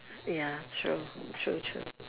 ya true true true